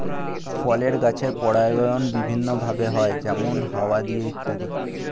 ফলের গাছের পরাগায়ন বিভিন্ন ভাবে হয়, যেমন হাওয়া দিয়ে ইত্যাদি